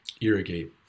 irrigate